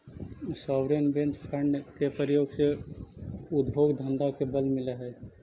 sovereign wealth fund के प्रयोग से उद्योग धंधा के बल मिलऽ हई